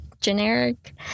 generic